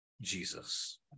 Jesus